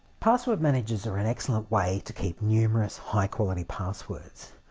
password managers are an excellent way to keep numerous high quality passwords.